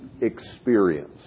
experience